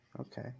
Okay